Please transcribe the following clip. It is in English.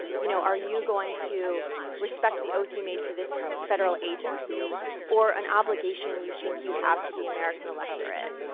you know are you going to respect the oath you made to this federal agency or an obligation you think you have to the american electorate?